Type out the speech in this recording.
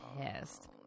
pissed